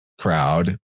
crowd